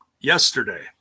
yesterday